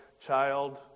child